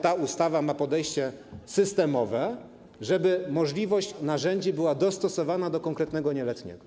Ta ustawa ma podejście systemowe, żeby możliwość stosowania narzędzi była dostosowana do konkretnego nieletniego.